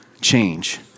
change